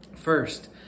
First